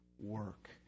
work